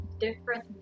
different